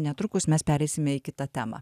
netrukus mes pereisime į kitą temą